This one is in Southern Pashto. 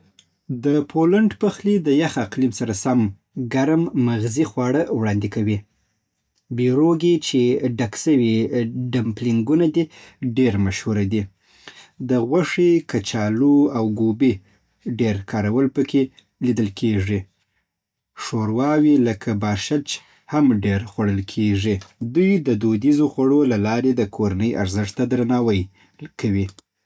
د پولنډ پخلی د یخ اقلیم سره سم ګرم، مغذي خواړه وړاندې کوي. پیروګي چې ډک سوي ډمپلینګونه دي، ډېر مشهور دي. د غوښې، کچالو، او ګوبۍ ډېر کارول پکې لیدل کېږي. ښورواوې لکه بارشچ هم ډېره خوړل کېږي. دوی د دودیزو خوړو له لارې د کورنۍ ارزښت ته درناوی کوي.